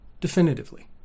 definitively